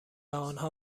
آنها